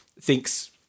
thinks